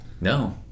No